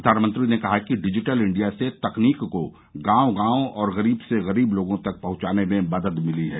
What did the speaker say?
प्रधानमंत्री ने कहा कि डिजिटल इंडिया से तकनीक गांव गांव और गरीब से गरीब लोगों तक पहुंचाने में मदद मिली है